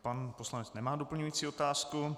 Pan poslanec nemá doplňující otázku.